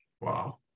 Wow